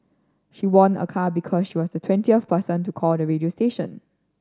she won a car because she was the twentieth person to call the radio station